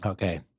Okay